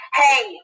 hey